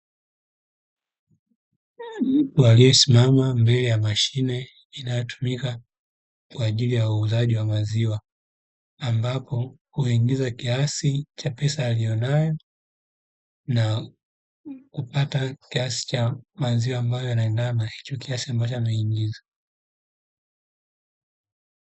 Mtu aliyesimama mbele ya mashine inayotumika kwa ajili ya uuzaji wa maziwa, ambapo huingiza kiasi cha pesa aliyonayo, na kupata kiasi cha maziwa ambayo yanaendana na hicho kiasi ambacho ameingiza.